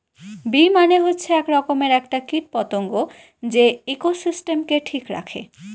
bee মানে হচ্ছে এক রকমের একটা কীট পতঙ্গ যে ইকোসিস্টেমকে ঠিক রাখে